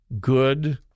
Good